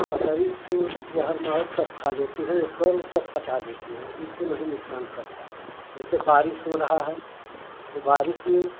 बकरी तो जहर महोर सब खा लेती हैं एक कौर वाे सब पचा लेती हैं उनको नहीं नुकसान करता जैसे बारिश हो रहा है तो बारिश में